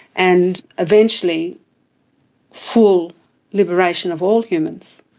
and eventually full liberation of all humans.